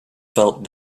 felt